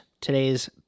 today's